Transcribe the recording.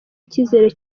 icyizere